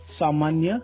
samanya